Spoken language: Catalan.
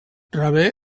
rebé